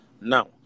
Now